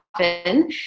often